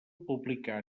publicar